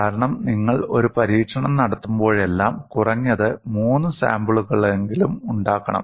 കാരണം നിങ്ങൾ ഒരു പരീക്ഷണം നടത്തുമ്പോഴെല്ലാം കുറഞ്ഞത് മൂന്ന് സാമ്പിളുകളെങ്കിലും ഉണ്ടാക്കണം